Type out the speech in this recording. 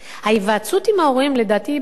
ההיוועצות עם ההורים, לדעתי היא בעייתית,